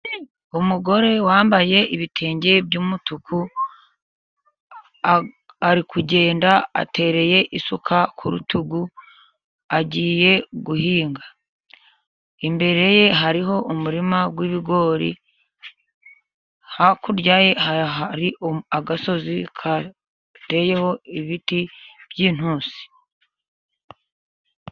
Umugore wambaye ibitenge by'umutuku ,ari kugenda atereye isuka ku rutugu agiye guhinga ,imbere ye hariho umurima w'ibigori, hakurya ye hari agasozi kateyeho ibiti by'intusi.